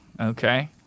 Okay